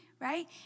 right